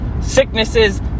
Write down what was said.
sicknesses